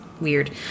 weird